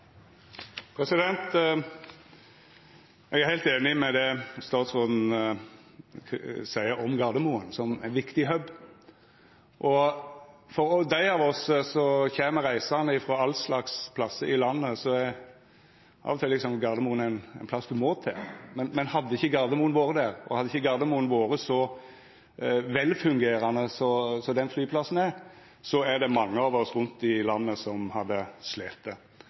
Eg er heilt einig i det statsråden seier om Gardermoen som ein viktig «hub». Og for dei av oss som kjem reisande frå allslags plassar i landet, er Gardermoen ein plass ein av og til må til. Men hadde ikkje Gardermoen vore der, og hadde ikkje Gardermoen fungert så godt som den flyplassen gjer, er det mange av oss som bur rundt omkring i landet, som hadde